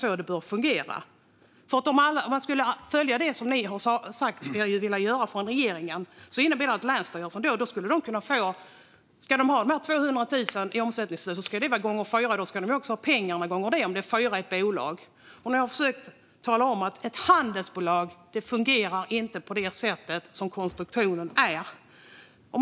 Så här bör det inte fungera. Om man skulle följa det som regeringen säger sig vilja göra innebär det svårigheter för länsstyrelsen. Om företagen ska ha 200 000 i omsättning måste man ta det gånger fyra. Då ska de också få pengarna gånger fyra, om de är fyra i ett bolag. Jag har försökt att tala om att ett handelsbolag inte fungerar på detta sätt så som konstruktionen ser ut.